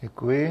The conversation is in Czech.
Děkuji.